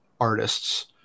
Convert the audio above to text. artists